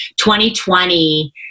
2020